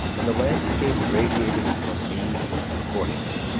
and the landscape radiated from me accordingly.